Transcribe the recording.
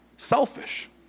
Selfish